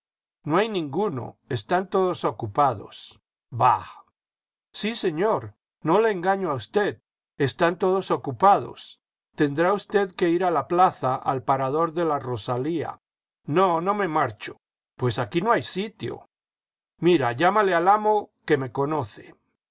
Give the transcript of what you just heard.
no hay ninguno están todos ocupados jbah sí señor no le engaño a usted están todos ocupados tendrá usted que ir a la plaza al parador de la rosalía no no me marcho pues aquí no hay sitio mira llámale al amo que me conoce